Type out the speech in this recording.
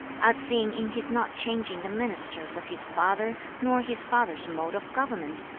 as seen in his not changing the ministers of his father, nor his father's mode of government,